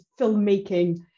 filmmaking